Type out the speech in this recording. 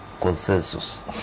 consensus